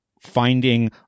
finding